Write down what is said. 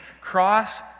cross